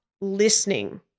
listening